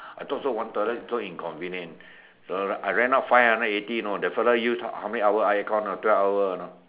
I thought so one toilet so inconvenient so I rent out five hundred eighty the fellow use how many hours air con you know twelve hour you know